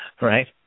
Right